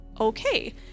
okay